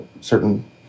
certain